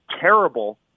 terrible